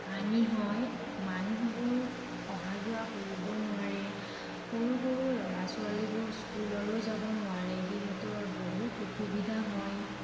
পানী হয় মানুহবোৰ অহা যোৱা কৰিব নোৱাৰে সৰু সৰু ল'ৰা ছোৱালীবোৰ স্কুললৈ যাব নোৱাৰে সিহঁতৰ বহুত অসুবিধা হয়